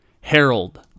Harold